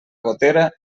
gotera